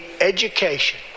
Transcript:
education